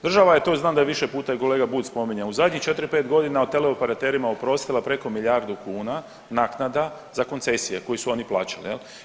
Država je, to znam da je i više puta kolega Bulj spominjao u zadnjih 4-5 godina teleoperaterima oprostila preko milijardu kuna naknada za koncesije koje su oni plaćali jel.